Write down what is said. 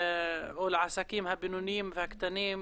או לעסקים הבינוניים והקטנים,